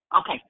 Okay